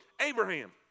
Abraham